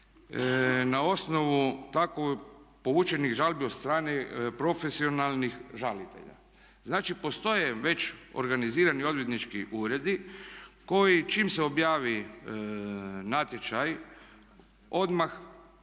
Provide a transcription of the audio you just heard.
na osnovu tako povučenih žalbi od strane profesionalnih žalitelja. Znači, postoje već organizirani odvjetnički uredi koji čim se objavi natječaj odmah